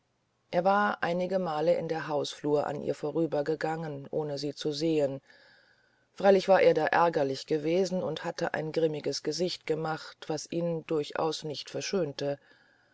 er war einigemal in der hausflur an ihr vorübergegangen ohne sie zu sehen freilich war er da ärgerlich gewesen und hatte ein grimmiges gesicht gemacht was ihn durchaus nicht verschönte